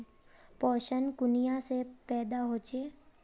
पोषण कुनियाँ से पैदा होचे?